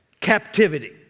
captivity